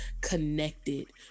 connected